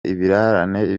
ibirarane